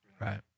Right